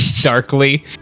darkly